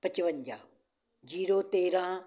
ਪਚਵੰਜਾ ਜੀਰੋ ਤੇਰਾਂ